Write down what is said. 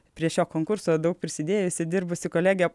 prie šio konkurso daug prisidėjusi dirbusi kolegė